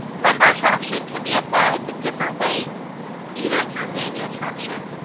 lumbar traction can be applied in different ways either through manual traction,